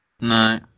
No